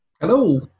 Hello